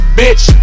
bitch